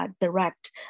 direct